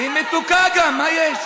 היא מתוקה גם, מה יש.